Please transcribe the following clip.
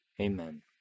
Amen